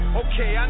okay